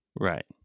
Right